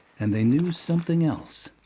and they knew something else